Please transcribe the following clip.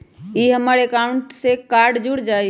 ई हमर अकाउंट से कार्ड जुर जाई?